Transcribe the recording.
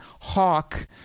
Hawk